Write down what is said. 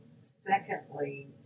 secondly